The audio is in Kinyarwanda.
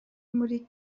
muri